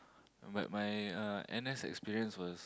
but my uh n_s experience was